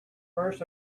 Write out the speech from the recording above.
first